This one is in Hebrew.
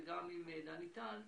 וגם עם דני טל,